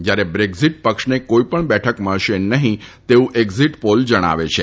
જ્યારે બ્રેક્ઝિટ પક્ષને કોઈપણ બેઠક મળશે નફીં તેવું એક્ઝીટ પોલ જણાવે છે